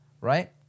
right